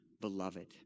beloved